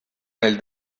nel